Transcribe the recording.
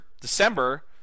December